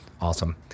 Awesome